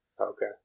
okay